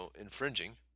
infringing